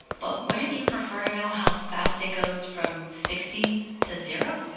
but what do you prefer to know how fast it goes from sixty to zero.